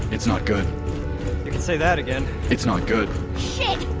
it's not good you can say that again it's not good shit!